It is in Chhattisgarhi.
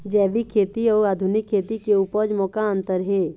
जैविक खेती अउ आधुनिक खेती के उपज म का अंतर हे?